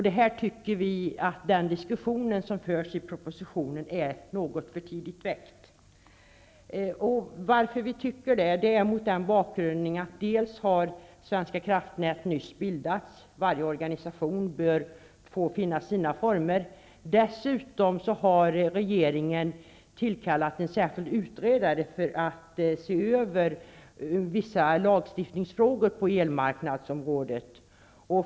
Den frågan anser vi vara något för tidigt väckt mot bakrund av att Svenska kraftnät nyss har bildats, och varje organisation bör få finna sina former. Dessutom har regeringen tillkallat en särskild utredare för att se över vissa lagstiftningsfrågor när det gäller elmarknadsområdet.